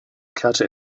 kehrte